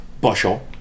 bushel